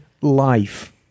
life